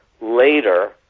later